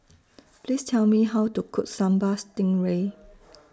Please Tell Me How to Cook Sambal Stingray